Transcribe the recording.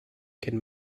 can